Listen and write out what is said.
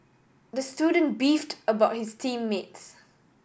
the student beefed about his team mates